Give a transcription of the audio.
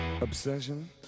obsession